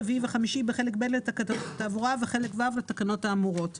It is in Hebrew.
רביעי וחמישי בחלק ב' לתקנות התעבורה וחלק ו' לתקנות האמורות.